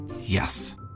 Yes